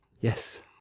Yes